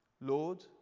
Lord